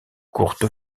courtes